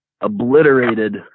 obliterated